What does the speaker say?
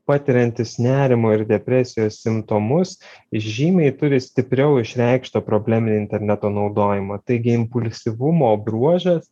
patiriantys nerimo ir depresijos simptomus žymiai turi stipriau išreikštą probleminį interneto naudojimą taigi impulsyvumo bruožas